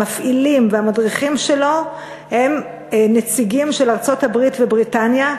המפעילים שלו והמדריכים שלו הם נציגים של ארצות-הברית ובריטניה,